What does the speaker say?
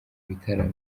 bitaramo